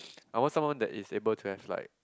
I want someone that is able to have like